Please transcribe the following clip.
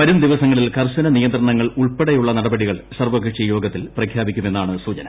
വരും ദിവസങ്ങളിൽ കർശന നിയന്ത്രണങ്ങൾ ഉൾപ്പെടെയുളള നടപടികൾ സർവകക്ഷി യോഗത്തിൽ പ്രഖ്യാപിക്കുമെന്നാണ് സൂചന